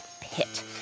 pit